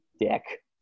Dick